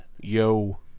Yo